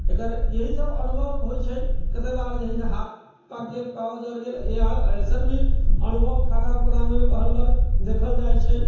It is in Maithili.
एकर यही सभ अनुभव होइ छै कत्ते बार जेहै हाथ पाकि गेल पाँव जरि गेल एसन भी अनुभव खाना बनाबैमे पहिलबेर देखल जाइ छै